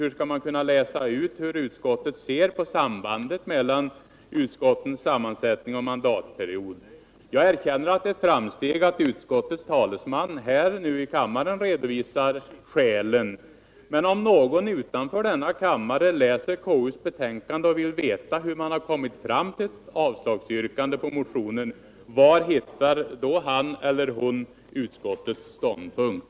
Hur skall man kunna läsa ut hur utskottet ser på sambandet mellan utskottens sammansättning och mandatperiodens längd? Jag erkänner att det är ett framsteg att utskottets talesman nu här i kammaren har redogjort för hur utskottet resonerat, men om någon utanför denna kammare läser konstitutionsutskottets betänkande och vill veta hur man kommit fram till avslagsyrkandet på motionen, var hittar då han eller hon utskottets ståndpunkt?